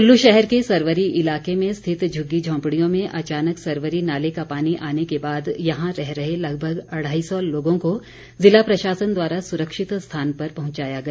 कुल्लू शहर के सरवरी इलाके में स्थित झुग्गी झोंपड़ियों में अचानक सरवरी नाले का पानी आने के बाद यहां रह रहे लगभग अढ़ाई सौ लोगों को ज़िला प्रशासन द्वारा सुरक्षित स्थान पर पहुंचाया गया